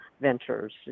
ventures